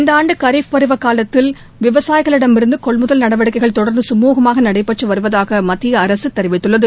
இந்த ஆண்டு கரீப் பருவக் காலத்தில் விவசாயிகளிடமிருந்து கொள்முதல் நடவடிக்கைகள் தொடர்ந்து சுமுகமாக நடைபெற்று வருவதாக மத்திய அரசு தெரிவித்துள்ளது